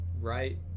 right